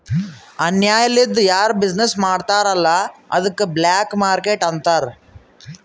ಅನ್ಯಾಯ ಲಿಂದ್ ಯಾರು ಬಿಸಿನ್ನೆಸ್ ಮಾಡ್ತಾರ್ ಅಲ್ಲ ಅದ್ದುಕ ಬ್ಲ್ಯಾಕ್ ಮಾರ್ಕೇಟ್ ಅಂತಾರ್